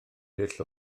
dull